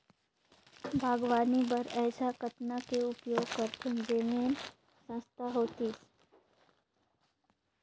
बागवानी बर ऐसा कतना के उपयोग करतेन जेमन सस्ता होतीस?